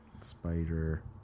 Spider